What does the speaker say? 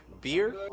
beer